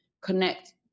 connect